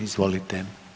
Izvolite.